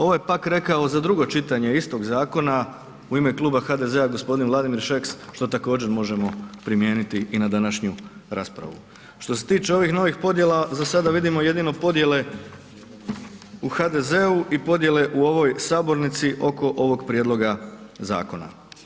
Ovo je pak rekao za drugo čitanje istog zakona u ime Kluba HDZ-a g. Vladimir Šeks, što također možemo primijeniti i na današnju raspravu. što se tiče ovih novih podjela, za sada vidimo jedino podjele u HDZ-u i podjele u ovoj sabornici oko ovog prijedloga zakona.